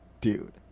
dude